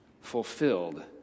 fulfilled